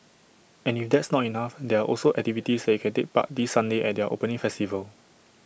and if that's not enough there are also activities that you can take part this Sunday at their opening festival